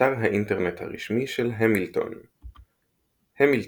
אתר האינטרנט הרשמי של המילטון "המילטון",